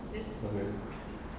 okay